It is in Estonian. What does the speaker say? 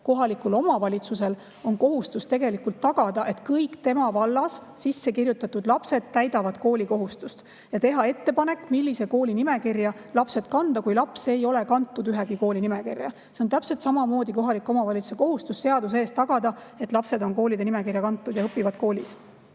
Kohalikul omavalitsusel on kohustus tagada, et kõik tema valda sisse kirjutatud lapsed täidavad koolikohustust, ja teha ettepanek, millise kooli nimekirja lapsed kanda, kui laps ei ole kantud ühegi kooli nimekirja. See on täpselt samamoodi kohaliku omavalitsuse kohustus seaduse ees tagada, et lapsed on kooli nimekirja kantud ja õpivad koolis.